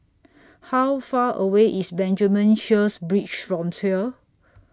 How Far away IS Benjamin Sheares Bridge from here